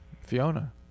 Fiona